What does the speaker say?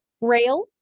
rail